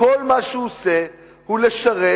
כל מה שהוא עושה הוא לשרת